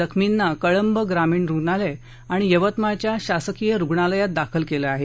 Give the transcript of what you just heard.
जखमींना कळंब ग्रामीण रुणालय आणि यवतमाळच्या शासकीय रुग्णालयात दाखल केलं आहे